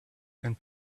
and